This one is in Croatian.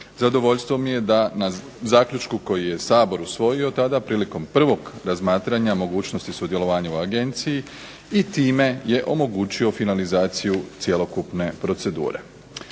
zadovoljstvo mi je da na zaključku koji je Sabor usvojio tada prilikom prvog razmatranja mogućnosti sudjelovanja u Agenciji i time je omogućio finalizaciju cjelokupne procedure.